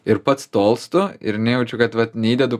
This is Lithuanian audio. ir pats tolstu ir nejaučiau kad vat neįdedu